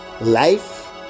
life